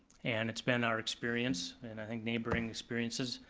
and it's been our experience, and i think neighboring experiences,